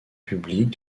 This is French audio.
public